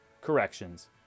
corrections